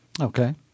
Okay